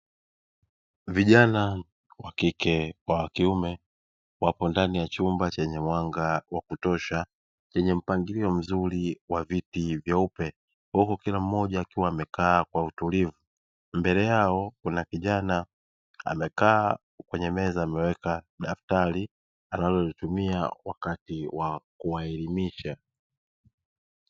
Vijana wa kike kwa wa kiume wapo ndani ya chumba chenye mwanga wa kutosha chenye mpangilio mzuri wa viti vyeupe, huku kila mmoja akiwa amekaa kwa utulivu mbele yao kuna kijana amekaa kwenye meza ameweka daftari analolitumia wakati wa kuwaelimisha.